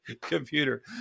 computer